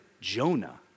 Jonah